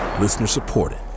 Listener-supported